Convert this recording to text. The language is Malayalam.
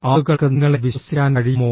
ആളുകൾക്ക് നിങ്ങളെ വിശ്വസിക്കാൻ കഴിയുമോ